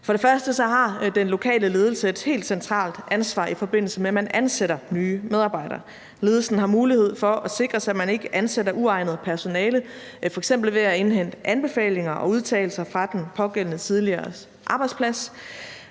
For det første har den lokale ledelse et helt centralt ansvar, i forbindelse med at man ansætter nye medarbejdere. Ledelsen har mulighed for at sikre sig, at man ikke ansætter uegnet personale, f.eks. ved at indhente anbefalinger og udtalelser fra den pågældendes tidligere arbejdsplads.